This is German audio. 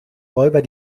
räuber